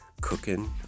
cooking